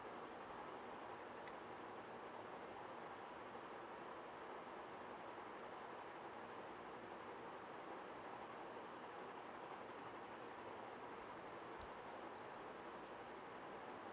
mm